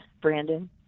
Brandon